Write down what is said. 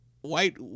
White